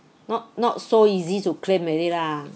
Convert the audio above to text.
not not so easy to claim already lah